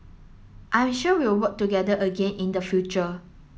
I am sure we'll work together again in the future